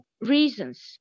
reasons